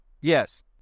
Yes